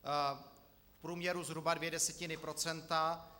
V průměru zhruba dvě desetiny procenta.